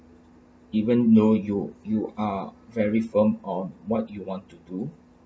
even though you you are very firm on what you want to do